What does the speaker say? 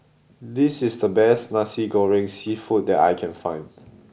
this is the best Nasi Goreng seafood that I can find